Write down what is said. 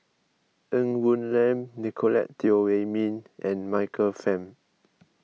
Ng Woon Lam Nicolette Teo Wei Min and Michael Fam